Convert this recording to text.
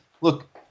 look